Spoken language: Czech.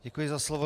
Děkuji za slovo.